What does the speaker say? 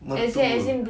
mertua